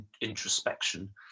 introspection